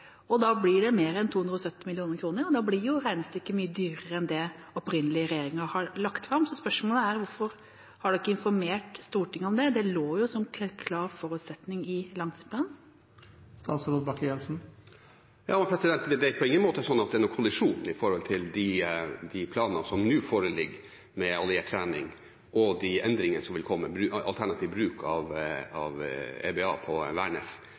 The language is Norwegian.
og da blir det mer enn 270 mill. kr. Da blir det mye dyrere enn det regnestykket regjeringen opprinnelig la fram, viste. Spørsmålet er: Hvorfor har man ikke informert Stortinget om det? Det lå som en klar forutsetning i langtidsplanen. Det er på ingen måte slik at det er en kollisjon når det gjelder de planene om alliert trening som nå foreligger, og de endringene som vil komme med alternativ bruk av EBA på